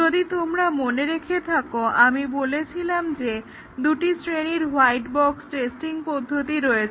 যদি তোমরা মনে রেখে থাকো আমি বলেছিলাম যে দুই শ্রেণীর হোয়াইট বক্স টেস্টিং পদ্ধতি রয়েছে